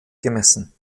gemessen